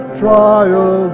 trial